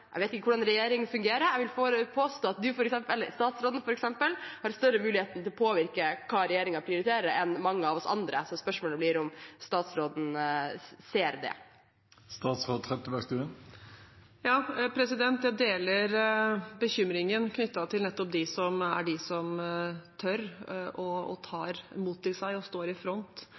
Jeg vet ikke hvordan regjeringer fungerer, men jeg vil påstå at f.eks. statsråden har større muligheter til å påvirke hva regjeringen prioriterer enn mange av oss andre. Så spørsmålet blir om statsråden ser det. Jeg deler bekymringen knyttet til nettopp de som tør, de som tar mot til seg og står i front